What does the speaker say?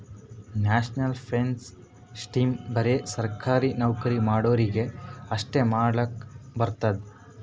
national pension system ಬರೆ ಸರ್ಕಾರಿ ನೌಕರಿ ಮಾಡೋರಿಗಿ ಅಷ್ಟೇ ಮಾಡ್ಲಕ್ ಬರ್ತುದ್